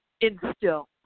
instill